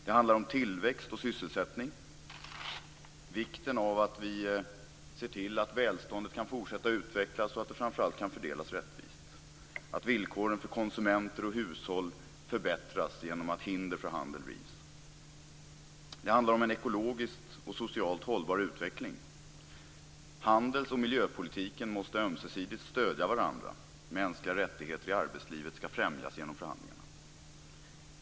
Det handlar om tillväxt och sysselsättning och om vikten av att vi ser till att välståndet kan fortsätta att utvecklas - och framför allt om att det kan fördelas rättvist. Det handlar om att villkoren för konsumenter och hushåll förbättras genom att hinder för handel rivs. Det handlar om en ekologiskt och socialt hållbar utveckling. Handels och miljöpolitiken måste ömsesidigt stödja varandra. Mänskliga rättigheter i arbetslivet skall främjas genom förhandlingarna.